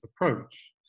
approach